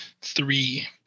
Three